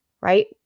right